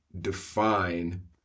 define